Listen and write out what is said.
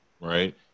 right